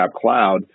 Cloud